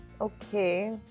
Okay